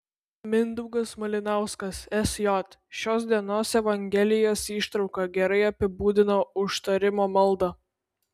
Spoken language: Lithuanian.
mindaugas malinauskas sj šios dienos evangelijos ištrauka gerai apibūdina užtarimo maldą